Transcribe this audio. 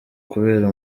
kubera